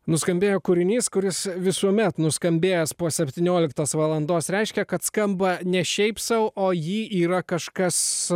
nuskambėjo kūrinys kuris visuomet nuskambėjęs po septynioktos valandos reiškia kad skamba ne šiaip sau o jį yra kažkas